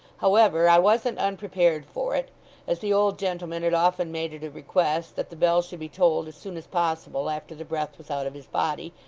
however, i wasn't unprepared for it as the old gentleman had often made it a request that the bell should be tolled as soon as possible after the breath was out of his body,